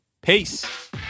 Peace